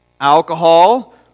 alcohol